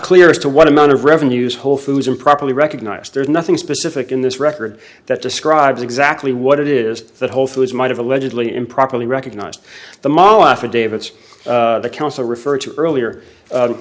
clear as to what amount of revenues wholefoods improperly recognized there's nothing specific in this record that describes exactly what it is that whole foods might have allegedly improperly recognized the model affidavits the counsel referred to earlier